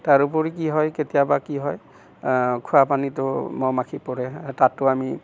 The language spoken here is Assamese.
তাৰ উপৰি কি হয় কেতিয়াবা কি হয় খোৱা পানীটো মহ মাখি পৰে তাতো আমি